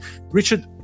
Richard